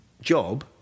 job